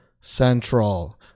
Central